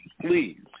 please